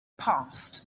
passed